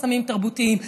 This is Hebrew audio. חסמים תרבותיים,